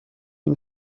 این